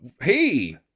Hey